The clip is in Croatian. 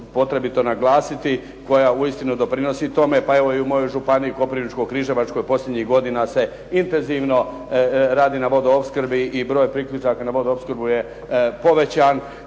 potrebito naglasiti koja uistinu doprinosi tome. Pa evo i u mojoj županiji Koprivničko-križevačkoj posljednjih godina se intenzivno radi na vodoopskrbi i broj priključaka na vodoopskrbu je povećan